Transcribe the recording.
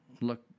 look